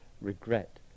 regret